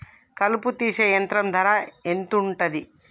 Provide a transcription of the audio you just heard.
కలుపు తీసే యంత్రం ధర ఎంతుటది?